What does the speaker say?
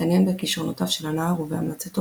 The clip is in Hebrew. התעניין בכישרונתיו של הנער ובהמלצתו